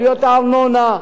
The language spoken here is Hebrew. עלויות הארנונה,